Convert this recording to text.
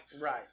Right